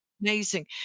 amazing